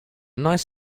nice